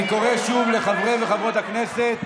אני קורא שוב לחברי וחברות הכנסת